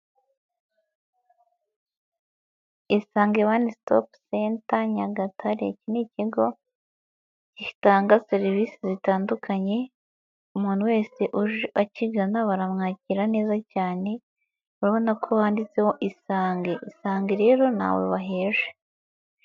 Isange one stop center Nyagatare. Ni ikigo gitanga serivisi zitandukanye, umuntu wese akigana baramwakira neza cyane, urabona ko wanditseho Isange, isange rero ntabaheje.